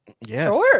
yes